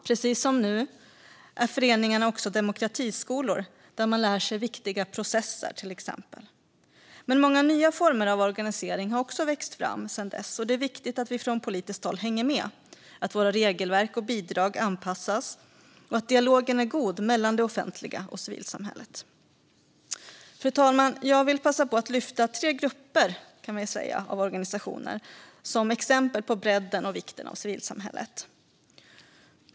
Föreningarna var också, precis som de är nu, demokratiskolor där man till exempel lärde sig viktiga processer. Men många nya former av organiseringar har vuxit fram sedan dess. Det är viktigt att vi från politiskt håll hänger med, att våra regelverk och bidrag anpassas och att dialogen är god mellan det offentliga och civilsamhället. Fru talman! Jag vill passa på att lyfta tre grupper, kan vi säga, av organisationer som exempel på bredden på och vikten av civilsamhället.